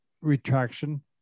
retraction